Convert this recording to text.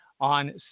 on